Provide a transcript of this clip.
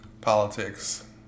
politics